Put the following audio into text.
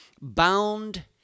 bound